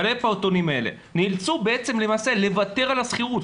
בעלי הפעוטונים האלה נאלצו לוותר על השכירות.